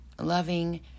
loving